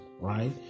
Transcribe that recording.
right